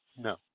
No